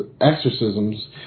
exorcisms